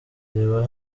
reba